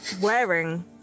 wearing